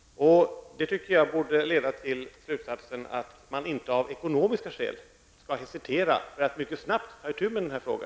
Jag tycker att det borde leda till slutsatsen att man inte av ekonomiska skäl skall hesitera för att mycket snabbt ta itu med denna fråga.